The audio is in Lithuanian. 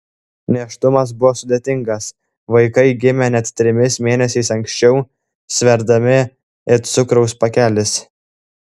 nėštumas buvo sudėtingas vaikai gimė net trimis mėnesiais anksčiau sverdami it cukraus pakelis